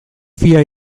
fia